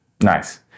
Nice